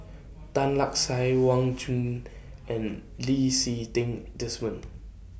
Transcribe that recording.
Tan Lark Sye Wang Chunde and Lee Si Ting Desmond